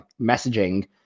messaging